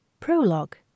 prologue